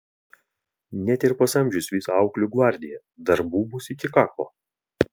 net ir pasamdžius visą auklių gvardiją darbų bus iki kaklo